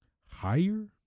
higher